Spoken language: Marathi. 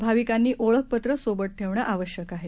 भाविकांनी ओळख पत्र सोबत ठेवणं आवश्यक आहे